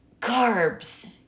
carbs